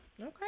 Okay